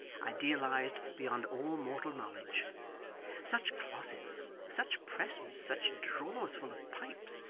idealised beyond all mortal knowledge such closets, such presses, such drawers full of pipes,